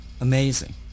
amazing